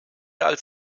als